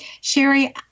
Sherry